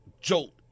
jolt